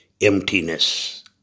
emptiness